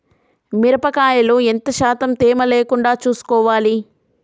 మిరప కాయల్లో ఎంత శాతం తేమ లేకుండా చూసుకోవాలి?